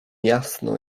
jasno